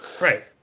Right